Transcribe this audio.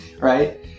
right